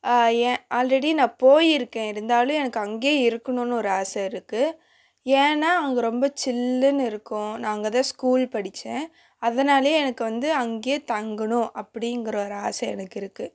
என் already நான் போயிருக்கேன் இருந்தாலும் எனக்கு அங்கேயே இருக்கணும்னு ஒரு ஆசை இருக்குது ஏன்னால் அங்கே ரொம்ப சில்லுன்னு இருக்கும் நான் அங்கே தான் ஸ்கூல் படித்தேன் அதனாலேயே எனக்கு வந்து அங்கேயே தங்கணும் அப்படிங்கிற ஒரு ஆசை எனக்கு இருக்குது